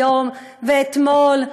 היום ואתמול.